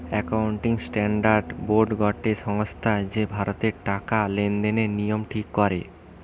accounting standard board গটে সংস্থা যে ভারতের টাকা লেনদেনের নিয়ম ঠিক করে